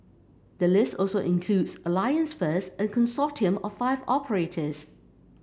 the list also includes Alliance First a consortium of five operators